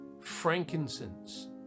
frankincense